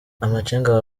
amacenga